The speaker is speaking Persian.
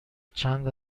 چند